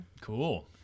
Cool